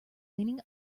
leaning